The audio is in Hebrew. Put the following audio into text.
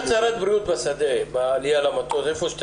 בריאות בשדה, בעלייה למטוס.